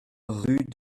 rue